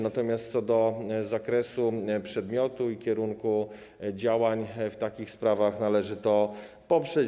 Natomiast co do zakresu przedmiotu i kierunku działań w takich sprawach należy to poprzeć.